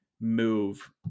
move